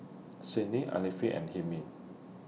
Senin Alfian and Hilmi